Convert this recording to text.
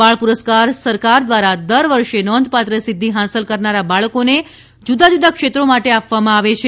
બાળપુરસ્કાર સરકાર દ્વારા દર વર્ષે નોંધપાત્ર સિદ્વિ હાંસલ કરનાર બાળકોને જુદાજુદા ક્ષેત્રો માટે આપવામાં આવે છે